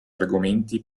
argomenti